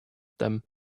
them